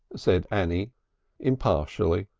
said annie impartially.